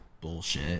bullshit